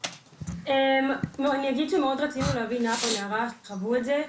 אני אגיד שמאוד רצינו להביא נער או נערה שחוו את זה,